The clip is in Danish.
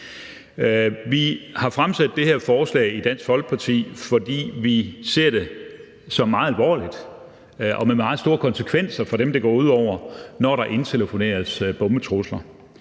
Vi har fremsat det her forslag i Dansk Folkeparti, fordi vi ser det som meget alvorligt, og det har meget store konsekvenser for dem, det går ud over, når der indtelefoneres bombetrusler.